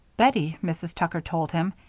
bettie, mrs. tucker told him,